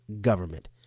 government